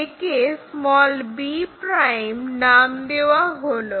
একে b' নাম দেওয়া হলো